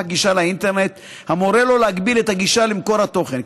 גישה לאינטרנט המורה לו להגביל את הגישה למקור התוכן,